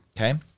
Okay